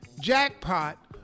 Jackpot